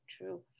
true